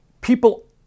people